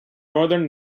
northern